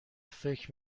فکر